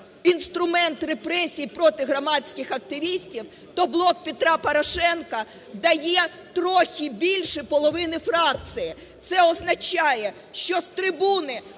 інструмент репресій проти громадських активістів, то "Блок Петра Порошенка" дає трохи більше половини фракції. Це означає, що з трибуни